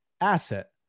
Asset